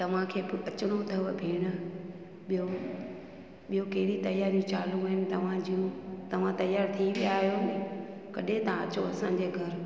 तव्हांखे बि अचिणो अथव भेण ॿियो ॿियो कहिड़ी तयारियूं चालू आहिनि तव्हां जूं तव्हां तयार थी विया आयो नी कॾहिं था अचो असांजे घर